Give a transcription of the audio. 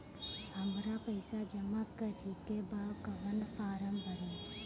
हमरा पइसा जमा करेके बा कवन फारम भरी?